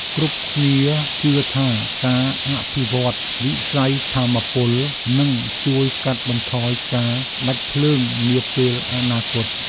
គ្រប់គ្នាជឿថា ការអភិវឌ្ឍន៍វិស័យថាមពលនឹងជួយកាត់បន្ថយការដាច់ភ្លើងនាពេលអនាគត។